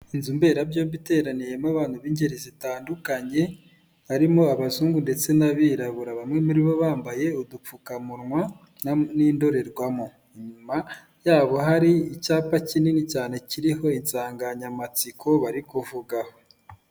Inzu mberabyombi iteraniyemo abantu b'ingeri zitandukanye harimo abazungu ndetse n'abirabura, bamwe muri bo bambaye udupfukamunwa n'indorerwamo inyuma yabo hari icyapa kinini cyane kiriho insanganyamatsiko bari kuvugaho.